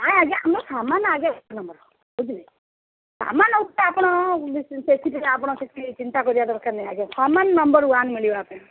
ନାଇଁ ଆଜ୍ଞା ଆମ ସାମାନ୍ ଆଗେ ଏକ ନମ୍ବର୍ ବୁଝିଲେ ସାମାନ୍ ହେଉଛି ଆପଣ ସେଥିପାଇଁ ଆପଣ କିଛି ଚିନ୍ତା କରିବା ଦରକାର ନାହିଁ ଆଜ୍ଞା ସାମାନ ନମ୍ବର୍ ୱାନ୍ ମିଳିବ ଆପଣଙ୍କୁ